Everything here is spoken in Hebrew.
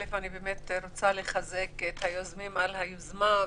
ראשית, אני רוצה לחזק את היוזמים על היוזמה.